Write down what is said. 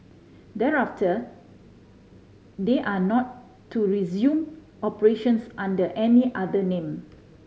thereafter they are not to resume operations under any other name